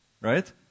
Right